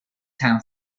town